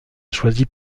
choisit